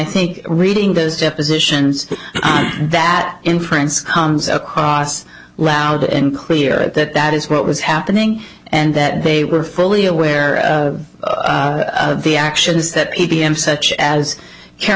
think reading those depositions that inference comes across loud and clear that that is what was happening and that they were fully aware of the actions that p b m such as care